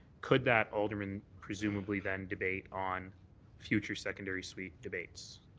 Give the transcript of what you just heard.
could that alderman presumably then debate on future secondary suite debates?